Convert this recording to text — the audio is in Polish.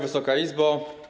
Wysoka Izbo!